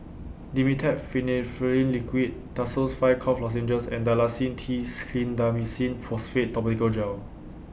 Dimetapp Phenylephrine Liquid Tussils five Cough Lozenges and Dalacin T Clindamycin Phosphate Topical Gel